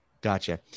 Gotcha